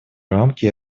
рамки